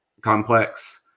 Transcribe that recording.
complex